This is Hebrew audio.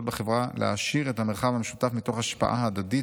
בחברה להעשיר את המרחב המשותף מתוך השפעה הדדית,